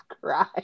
cry